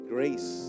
Grace